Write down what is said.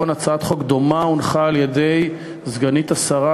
הצעת חוק דומה הונחה על-ידי סגנית השרה,